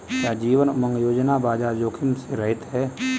क्या जीवन उमंग योजना बाजार जोखिम से रहित है?